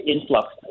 influx